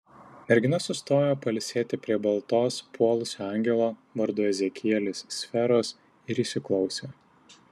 mergina sustojo pailsėti prie baltos puolusio angelo vardu ezekielis sferos ir įsiklausė